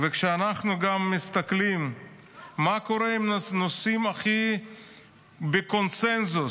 וכשאנחנו מסתכלים מה קורה עם הנושאים שהכי בקונסנזוס,